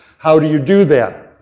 how do you do that?